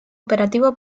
operativo